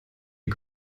die